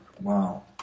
wow